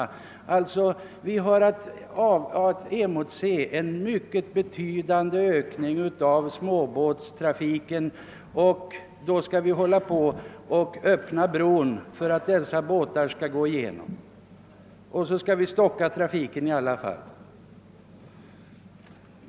Vi har alltså att emotse en betydande ökning av småbåtstrafiken, och skall bron öppnas för att dessa båtar skall passera stockar sig landsvägstrafiken i alla fall.